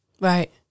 Right